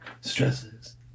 stresses